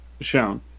shown